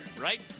right